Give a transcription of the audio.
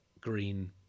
Green